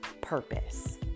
purpose